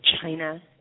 China